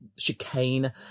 chicane